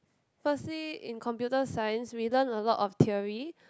firstly in computer science we learn a lot of theory